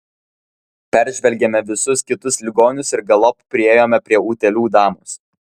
peržvelgėme visus kitus ligonius ir galop priėjome prie utėlių damos